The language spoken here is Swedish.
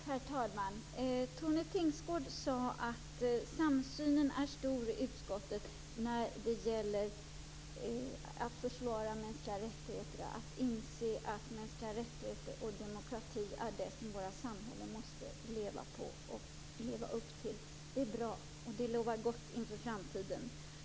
Herr talman! Tone Tingsgård sade att samsynen är stor i utskottet när det gäller att försvara mänskliga rättigheter, att inse att mänskliga rättigheter och demokrati är det som våra samhällen skall leva på och leva upp till. Det är bra. Det lovar gott inför framtiden.